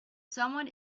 someone